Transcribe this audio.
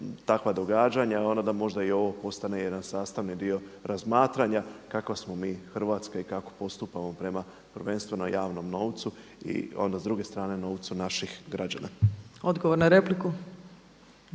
takva događanja da možda i ovo postane jedan sastavni dio razmatranja kakva smo mi Hrvatska i kako postupamo prema prvenstveno javnom novcu i onda s druge strane novcu naših građana. **Opačić,